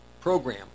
program